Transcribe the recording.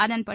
அதன்படி